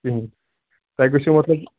کِہیٖنۍ تۄہہِ گٔژھِو مطلب